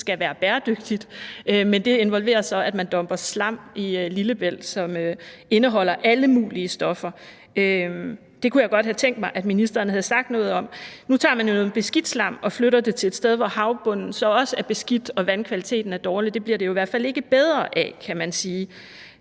skal være bæredygtigt, men det involverer så, at man dumper slam, som indeholder alle mulige stoffer, i Lillebælt. Det kunne jeg godt have tænkt mig at ministeren havde sagt noget om. Nu tager man noget beskidt slam og flytter det til et sted, hvor havbunden så også er beskidt og vandkvaliteten er dårlig. Det bliver det jo i hvert fald ikke bedre af, kan man sige.